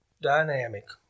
dynamic